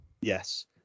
Yes